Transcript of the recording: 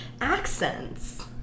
Accents